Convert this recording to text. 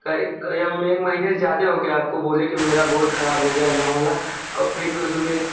अरे हम एक महीने से ज़्यादे हो गया आपको बोले कि मेरा बोर खराब हो गया गाँव वाला औ फिर भी उसमें